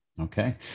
Okay